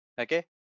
okay